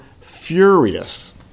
furious